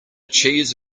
cheese